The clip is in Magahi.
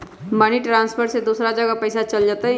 मनी ट्रांसफर से दूसरा जगह पईसा चलतई?